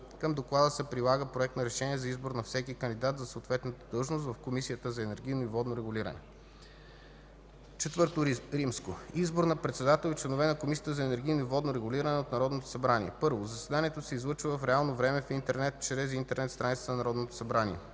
Към доклада се прилага проект на решение за избор на всеки кандидат за съответната длъжност в Комисията за енергийно и водно регулиране. IV. Избор на председател и членове на Комисията за енергийно и водно регулиране от Народното събрание 1. Заседанието се излъчва в реално време в интернет чрез интернет страницата на Народното събрание.